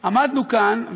עמדנו כאן,